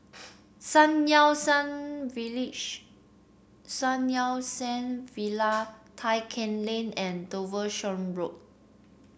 Sun Yat Sen Village Sun Yat Sen Villa Tai Keng Lane and Devonshire Road